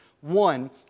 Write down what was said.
One